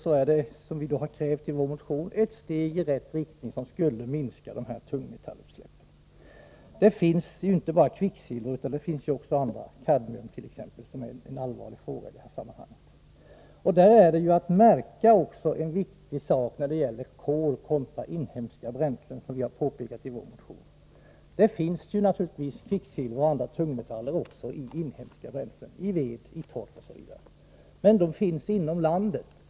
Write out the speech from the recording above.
Även om detta inte är hundraprocentigt är det ändå ett steg i rätt riktning som skulle minska tungmetallutsläppen. Vi har inte bara kvicksilver utan också andra tungmetaller, t.ex. kadmium, som är allvarliga i detta sammanhang. I vår motion har vi påpekat en viktig sak när det gäller kol kontra inhemska bränslen. Det finns naturligtvis kvicksilver och andra tungmetaller också i våra inhemska bränslen, i ved, torv osv. Men de finns inom landet.